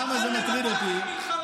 למה זה מטריד אותי?